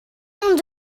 ond